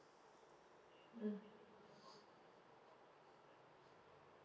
mm